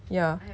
ya